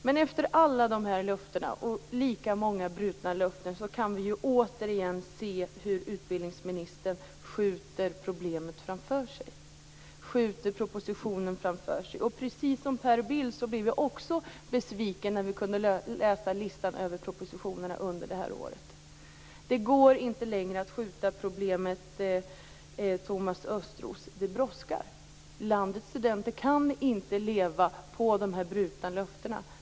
Men efter alla dessa löften och lika många brutna löften kan vi återigen se hur utbildningsministern skjuter problemet framför sig. Han skjuter propositionen framför sig. Precis som Per Bill, blev jag besviken när jag läste listan över de propositioner som skall avlämnas under det här året. Det går inte längre att skjuta problemet framför sig, Thomas Östros. Det brådskar. Landets studenter kan inte leva på dessa brutna löften.